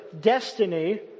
destiny